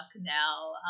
now